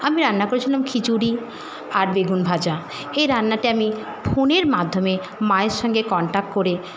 আমি রান্না করেছিলাম খিচুড়ি আর বেগুন ভাজা এই রান্নাটি আমি ফোনের মাধ্যমে মায়ের সঙ্গে কনট্যাক্ট করে